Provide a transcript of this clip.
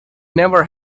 never